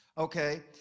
Okay